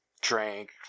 drank